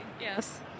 Yes